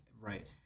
Right